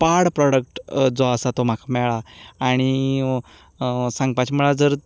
पाड प्रोडक्ट जो आसा तो म्हाका मेळ्ळा आनी सांगपाचें म्हणल्यार जर